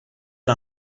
era